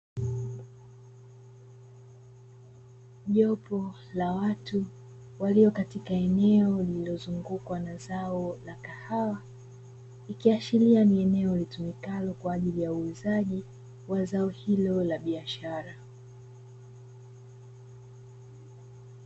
Jopo la watu walio katika eneo lililozungukwa na zao la kahawa, ikiashiria ni eneo lilitumikalo kwa ajili ya uuzaji wa zao hilo la biashara.